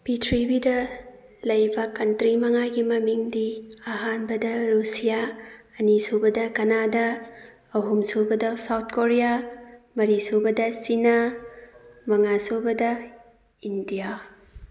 ꯄ꯭ꯔꯤꯊꯤꯕꯤꯗ ꯂꯩꯕ ꯀꯟꯇ꯭ꯔꯤ ꯃꯉꯥ ꯃꯃꯤꯡꯗꯤ ꯑꯍꯥꯟꯕꯗ ꯔꯨꯁꯤꯌꯥ ꯑꯅꯤꯁꯨꯕꯗ ꯀꯅꯥꯗꯥ ꯑꯍꯨꯝꯁꯨꯕ ꯁꯥꯎꯠ ꯀꯣꯔꯤꯌꯥ ꯃꯔꯤꯁꯨꯕ ꯆꯤꯅꯥ ꯃꯉꯥꯁꯨꯕꯗ ꯏꯟꯗꯤꯌꯥ